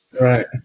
Right